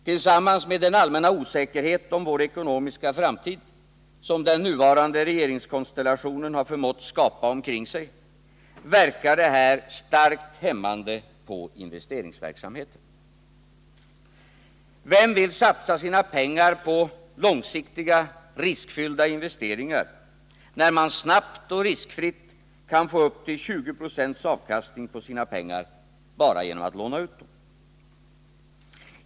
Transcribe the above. Tillsammans med den allmänna osäkerhet om vår ekonomiska framtid som den nuvarande regeringskonstellationen har förmått skapa omkring sig verkar detta starkt hämmande på investeringsverksamheten. Vem vill satsa sina pengar på långsiktiga, riskfyllda investeringar, när man snabbt och riskfritt kan få upp till 20 20 avkastning på pengarna bara genom att låna ut dem?